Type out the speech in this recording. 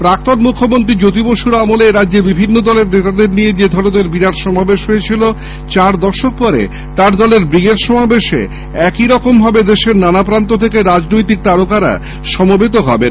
প্রাক্তন মুখ্যমন্ত্রী জ্যোতি বসুর আমলে এরাজ্যে বিভিন্ন দলের নেতাদের নিয়ে যে ধরনের বিরাট সমাবেশ হয়েছিল চার দশক পরে তার দলের ব্রিগেড সমাবেশে একই রকম ভাবে দেশের নানা প্রান্ত থেকে রাজনৈতিক তারকারা সমবেত হবেন